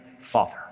father